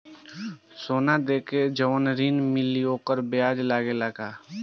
सोना देके जवन ऋण मिली वोकर ब्याज लगेला का?